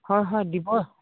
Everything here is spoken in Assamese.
হয় হয় দিব